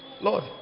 Lord